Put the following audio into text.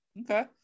Okay